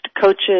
coaches